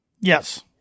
Yes